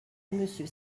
monsieur